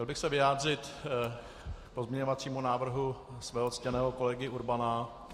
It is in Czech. Chtěl bych se vyjádřit k pozměňovacímu návrhu svého ctěného kolegy Urbana.